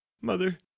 mother